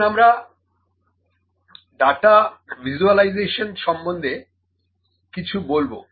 এখন আমরা data visualisation সম্বন্ধে কিছু বলবো